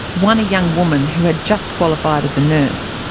one a young woman who had just qualified as a nurse.